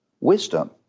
wisdom